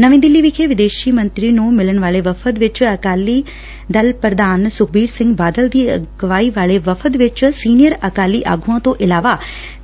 ਨਵੀ ਦਿੱਲੀ ਵਿਖੇ ਵਿਦੇਸ਼ੀ ਮੰਤਰੀ ਨੂੰ ਮਿਲਣ ਵਾਲੇ ਵਫ਼ਦ ਵਿਚ ਅਕਾਲੀ ਦਲ ਪ੍ਰਧਾਨ ਸੁਖਬੀਰ ਸਿੰਘ ਬਾਦਲ ਦੀ ਅਗਵਾਈ ਵਾਲੇ ਵਫ਼ਦ ਵਿਚ ਸੀਨੀਅਰ ਅਕਾਲੀ ਆਗੁਆਂ ਤੋਂ ਇਲਾਵਾ